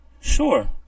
Sure